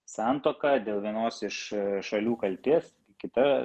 santuoka dėl vienos iš šalių kaltės kita